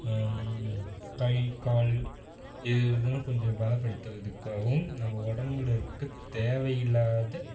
கை கால் இது இதெலாம் கொஞ்சம் பலப்படுத்துகிறதுக்காகவும் நம்ம உடம்புல இருக்க தேவையில்லாத